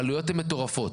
העלויות הן מטורפות.